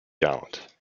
gallant